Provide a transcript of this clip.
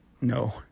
No